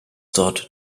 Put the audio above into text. dort